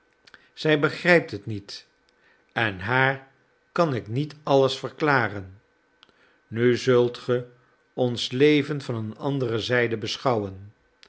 zij begrijpt het niet en haar kan ik niet alles verklaren nu zult ge ons leven van een andere zijde beschouwen